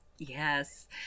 Yes